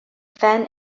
fan